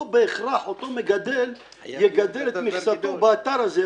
לא בהכרח אותו מגדל יגדל את מכסתו באתר הזה.